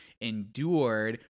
endured